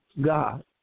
God